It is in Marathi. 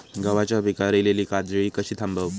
गव्हाच्या पिकार इलीली काजळी कशी थांबव?